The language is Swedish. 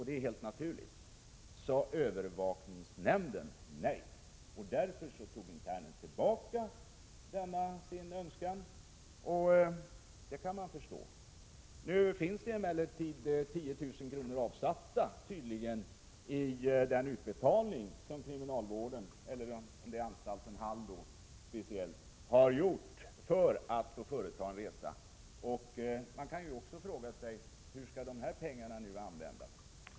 Det är helt naturligt att övervakningsnämnden i det läget sade nej. Därför tog internen tillbaka sin önskan. Det kan man förstå. Nu finns emellertid 10 000 kr. avsatta genom den utbetalning som speciellt anstalten Hall gjort för en resa. Man kan fråga sig: Hur skall dessa pengar användas?